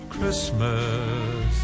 Christmas